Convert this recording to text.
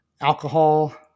alcohol